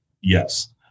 Yes